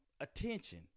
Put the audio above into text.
attention